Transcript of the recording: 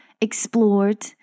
explored